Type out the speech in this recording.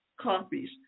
copies